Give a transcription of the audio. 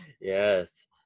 yes